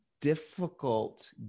difficult